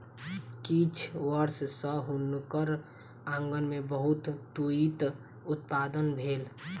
किछ वर्ष सॅ हुनकर आँगन में बहुत तूईत उत्पादन भेल